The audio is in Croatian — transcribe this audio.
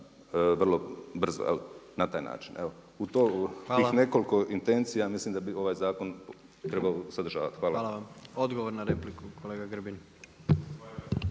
vrlo brzo, na taj način. Evo, u tih nekoliko intencija mislim da bi ovaj zakon trebao sadržavati. Hvala. **Jandroković, Gordan